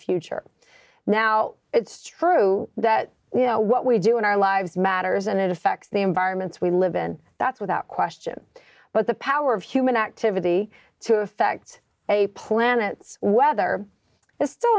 future now it's true that you know what we do in our lives matters and it affects the environments we live in that's without question but the power of human activity to affect a planet's whether that's still